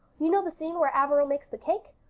you know the scene where averil makes the cake?